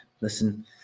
Listen